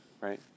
right